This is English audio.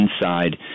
inside